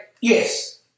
Yes